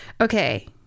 Okay